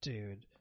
Dude